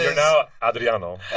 now adriano